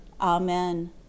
Amen